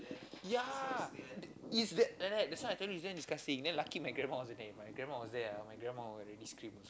ya is that like that that's why I tell you is damm disgusting then lucky my grandma wasn't there if my grandma was there ah my grandma would really scream